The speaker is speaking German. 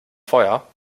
feuer